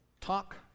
talk